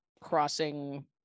crossing